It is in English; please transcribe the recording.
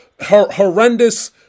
horrendous